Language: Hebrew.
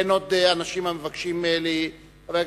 אין עוד אנשים המבקשים לדבר.